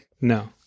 No